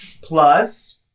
plus